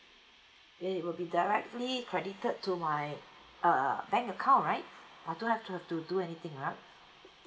then it will be directly credited to my uh bank account right I don't have to have to do anything ah